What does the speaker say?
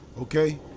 Okay